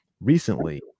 recently